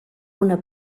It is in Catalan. una